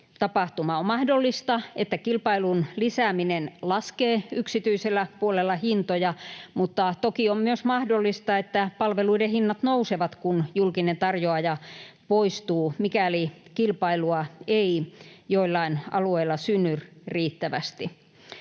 tapahtumaan. On mahdollista, että kilpailun lisääminen laskee yksityisellä puolella hintoja, mutta toki on myös mahdollista, että palveluiden hinnat nousevat, kun julkinen tarjoaja poistuu, mikäli kilpailua ei joillain alueilla synny riittävästi.